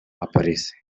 aparece